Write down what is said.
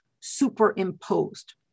superimposed